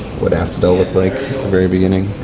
what asphodel looked like at the very beginning.